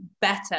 better